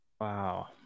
Wow